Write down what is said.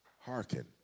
Hearken